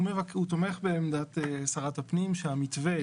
הוא תומך בעמדת שרת הפנים שהמתווה,